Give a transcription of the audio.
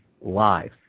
live